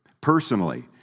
personally